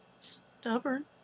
stubborn